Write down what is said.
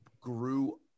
grew